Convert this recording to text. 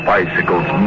Bicycles